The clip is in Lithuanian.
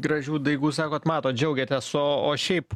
gražių daigų sakot matot džiaugiatės o o šiaip